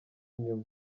inyuma